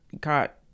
caught